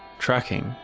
tracking,